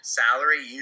salary